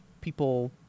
people